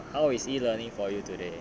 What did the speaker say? how is e-learning for you today